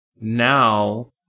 Now